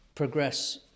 progress